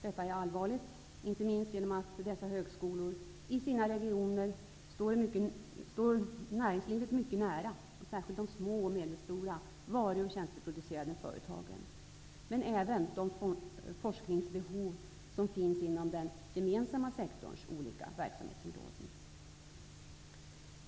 Detta är allvarligt, inte minst genom att dessa högskolor i sina regioner står näringslivet mycket nära, särskilt de små och medelstora varu och tjänsteproducerande företagen, men även de forskningsbehov som finns inom den gemensamma sektorns olika verksamhetsområden.